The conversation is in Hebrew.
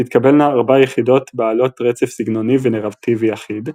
תתקבלנה ארבע יחידות בעלות רצף סגנוני ונרטיבי אחיד,